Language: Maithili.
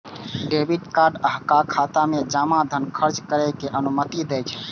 डेबिट कार्ड अहांक खाता मे जमा धन खर्च करै के अनुमति दै छै